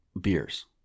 beers